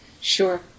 Sure